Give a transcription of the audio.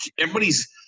everybody's